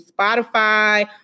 Spotify